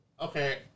Okay